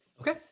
Okay